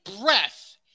breath